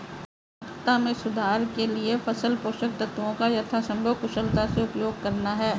उत्पादकता में सुधार के लिए फसल पोषक तत्वों का यथासंभव कुशलता से उपयोग करना है